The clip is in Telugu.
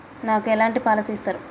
నాకు ఎలాంటి పాలసీ ఇస్తారు?